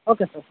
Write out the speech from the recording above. okay sir